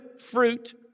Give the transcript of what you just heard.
fruit